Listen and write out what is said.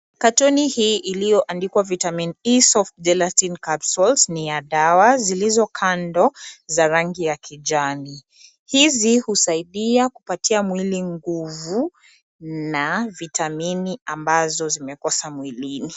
Katoni hii iliyoandikwa Vitamin E soft gelatin capsules ni ya dawa zilizo kando za rangi ya kijani. Hizi husaidia kupatia mwili nguvu na vitamini ambazo zimekosa mwilini.